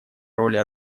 роли